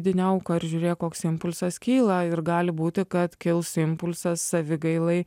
vidinę auką ir žiūrėk koks impulsas kyla ir gali būti kad kils impulsas savigailai